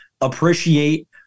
appreciate